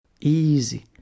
Easy